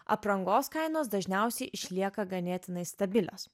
aprangos kainos dažniausiai išlieka ganėtinai stabilios